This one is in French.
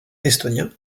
estonien